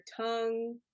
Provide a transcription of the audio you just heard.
tongue